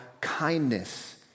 kindness